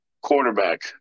quarterback